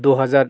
দু হাজার